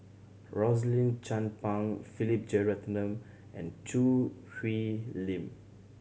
Rosaline Chan Pang Philip Jeyaretnam and Choo Hwee Lim